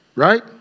Right